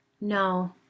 No